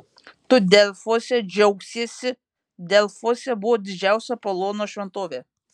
tu delfuose džiaugsiesi delfuose buvo didžiausia apolono šventovė